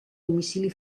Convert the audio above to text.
domicili